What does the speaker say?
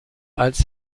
als